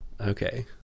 okay